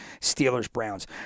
Steelers-Browns